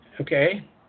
okay